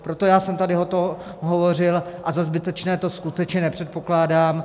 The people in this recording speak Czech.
Proto já jsem tady o tom hovořil a za zbytečné to skutečně nepokládám.